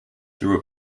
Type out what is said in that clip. through